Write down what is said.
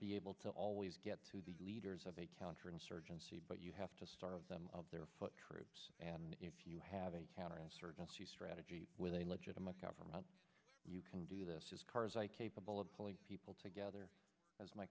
be able to always get to the leaders of a counterinsurgency but you have to starve them of their foot troops and if you have a counterinsurgency strategy with a legitimate government you can do the karzai capable of pulling people together as my